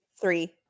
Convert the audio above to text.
three